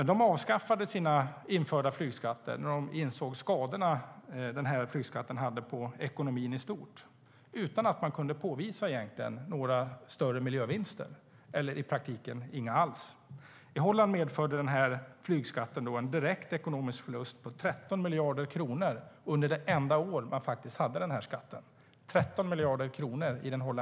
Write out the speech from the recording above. De avskaffade flygskatten när de insåg den skada denna gjorde på ekonomin i stort utan att man kunde påvisa några större miljövinster - eller i praktiken inga alls. I Holland medförde flygskatten en direkt ekonomisk förlust på 13 miljarder kronor under det enda år man hade skatten.